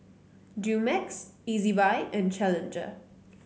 Dumex Ezbuy and Challenger